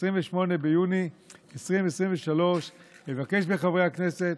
28 ביוני 2023. אני מבקש מחברי הכנסת